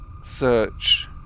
search